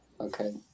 okay